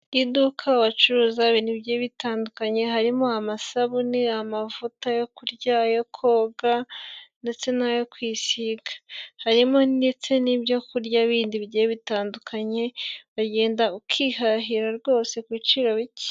Iduka bacuruza ibintu bigiye bitandukanye, harimo amasabune, amavuta yo kurya, ayo koga ndetse n'ayo kwisiga. Harimo ndetse n'ibyo kurya bindi bigiye bitandukanye, wagenda ukihahira rwose ku biciro bike.